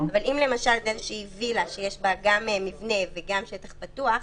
אם למשל זאת איזושהי וילה שיש בה גם מבנה וגם שטח פתוח,